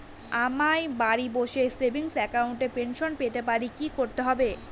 আমায় বাড়ি বসে সেভিংস অ্যাকাউন্টে পেনশন পেতে কি কি করতে হবে?